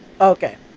Okay